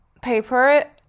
paper